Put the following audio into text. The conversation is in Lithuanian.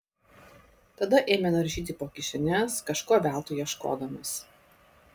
tada ėmė naršyti po kišenes kažko veltui ieškodamas